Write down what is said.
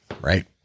right